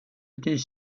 était